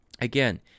again